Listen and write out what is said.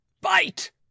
Bite